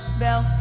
bell